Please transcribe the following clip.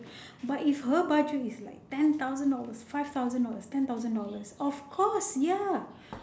but if her budget is like ten thousand dollars five thousand dollars ten thousand dollars of course ya